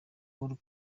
uhuru